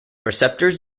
receptors